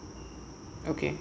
okay